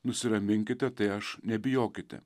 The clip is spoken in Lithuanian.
nusiraminkite tai aš nebijokite